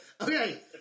Okay